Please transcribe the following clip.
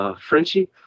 Frenchie